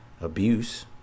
abuse